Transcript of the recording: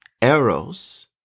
Eros